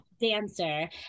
dancer